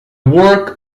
work